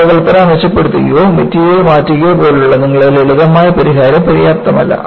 രൂപകൽപ്പന മെച്ചപ്പെടുത്തുകയോ മെറ്റീരിയൽ മാറ്റുകയോ പോലുള്ള നിങ്ങളുടെ ലളിതമായ പരിഹാരം പര്യാപ്തമല്ല